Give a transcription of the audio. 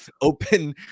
open